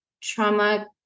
trauma